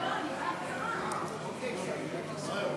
חוק לתיקון פקודת הרוקחים (מס' 24),